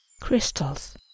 Crystals